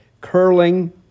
curling